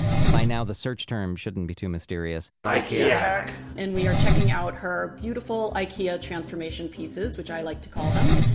by now, the search term shouldn't be too mysterious ikea hack yeah and we are checking out her beautiful ikea transformation pieces, which i like to call them.